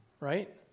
right